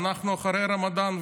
אנחנו אחרי הרמדאן,